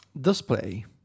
Display